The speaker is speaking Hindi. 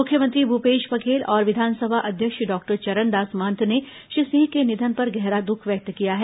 मुख्यमंत्री भूपेश बघेल और विधानसभा अध्यक्ष डॉक्टर चरणदास महंत ने श्री सिंह के निधन पर गहरा दुख व्यक्त किया है